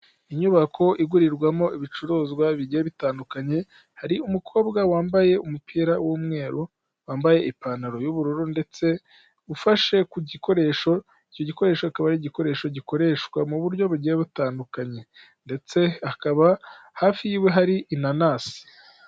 Inyubako igurirwamo ibicuruzwa bigiye bitandukanye, hari umukobwa wambaye umupira w'umweru, wambaye ipantaro y'ubururu ndetse ufashe ku gikoresho, icyo gikoresho akaba ari igikoresho gikoreshwa mu buryo bugiye butandukanye ndetse akaba hafi yiwe hari inanasi.